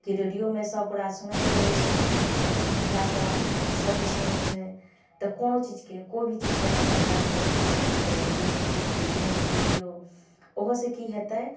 कि रेडिओमे सब ओकरा सुनैत रहै छै बहुत महिलासब जेन्ट्ससब भी सुनै छै तऽ कोनो चीजके कोइ भी चीजके अगर प्रचार करैके छै तऽ रेडिओमे दिऔ टी वी मे दऽ दिऔ ओहिसँ कि हेतै